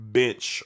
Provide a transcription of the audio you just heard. bench